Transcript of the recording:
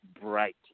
bright